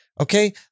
okay